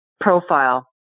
profile